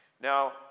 Now